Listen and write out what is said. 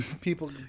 people